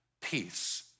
peace